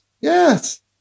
yes